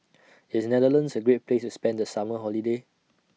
IS Netherlands A Great Place to spend The Summer Holiday